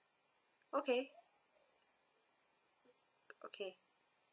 okay okay